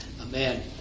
Amen